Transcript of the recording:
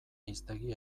hiztegi